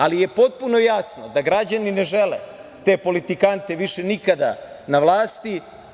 Ali, potpuno je jasno da građani ne žele te politikante više nikada na vlasti.